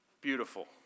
beautiful